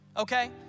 okay